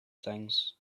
things